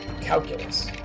calculus